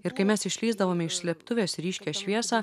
ir kai mes išlįsdavome iš slėptuvės į ryškią šviesą